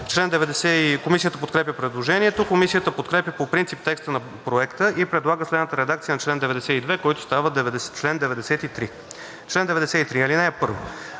Комисията подкрепя предложението. Комисията подкрепя по принцип текста на Проекта и предлага следната редакция на чл. 92, който става чл. 93: „Чл. 93. (1) Въпросите